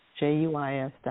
JUIS